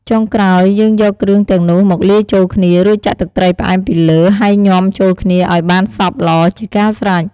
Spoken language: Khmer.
ចុងក្រោយ យើងយកគ្រឿងទាំងនោះមកលាយចូលគ្នា រួចចាក់ទឹកត្រីផ្អែមពីលើ ហើយញាំចូលគ្នាឱ្យបានសព្វល្អជាការស្រេច។